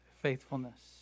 faithfulness